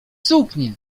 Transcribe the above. suknie